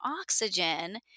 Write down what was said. oxygen